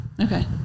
Okay